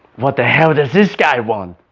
what the hell does this guy want?